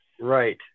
right